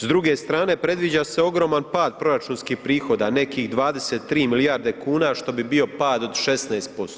S druge strane predviđa se ogroman pad proračunskih prihoda, nekih 23 milijarde kuna što bi bio pad od 16%